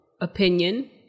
opinion